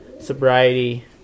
sobriety